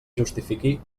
justifiqui